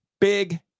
big